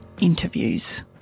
Interviews